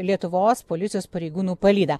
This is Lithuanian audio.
lietuvos policijos pareigūnų palyda